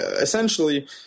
Essentially